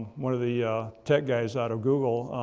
one of the tech guys out of google